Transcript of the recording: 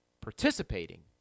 participating